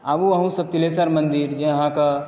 आबू अहूँ सब तिलेशर मन्दिर जॅं अहाँके